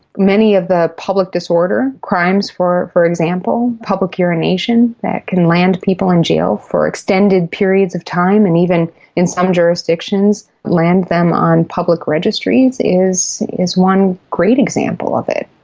many of the public disorder crimes, for for example, public urination, that can land people in jail for extended periods of time, and even in some jurisdictions land them on public registries, is is one great example of it.